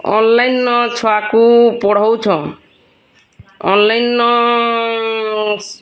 online ଛୁଆକୁ ପଢ଼ଉଛ online